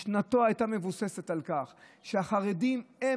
משנתו הייתה מבוססת על כך שהחרדים הם